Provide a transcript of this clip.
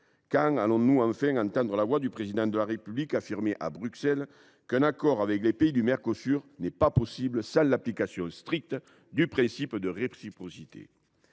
Quand allons nous enfin entendre la voix du Président de la République affirmer à Bruxelles qu’un accord avec les pays du Mercosur n’est pas possible sans l’application stricte du principe de réciprocité ?